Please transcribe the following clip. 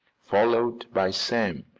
followed by sam,